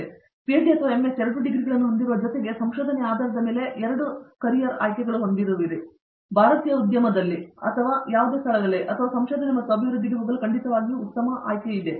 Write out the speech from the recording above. ಆದ್ದರಿಂದ ನೀವು ಪಿಎಚ್ಡಿ ಅಥವಾ ಎಂಎಸ್ ಎರಡೂ ಡಿಗ್ರಿಗಳನ್ನು ಹೊಂದಿರುವ ಜೊತೆಗೆ ಸಂಶೋಧನೆಯ ಆಧಾರದ ಮೇಲೆ 2 ಕ್ಯಾರಿಯರ್ ಆಯ್ಕೆಗಳನ್ನು ಹೊಂದಿದ್ದೀರಿ ಭಾರತೀಯ ಉದ್ಯಮದಲ್ಲಿ ಅಥವಾ ಇತರ ಯಾವುದೇ ಸ್ಥಳದಲ್ಲಿ ಅಥವಾ ಸಂಶೋಧನೆ ಮತ್ತು ಅಭಿವೃದ್ಧಿಗೆ ಹೋಗಲು ಖಂಡಿತವಾಗಿ ಅವರಿಗೆ ಉತ್ತಮ ಆಯ್ಕೆಯಾಗಿದೆ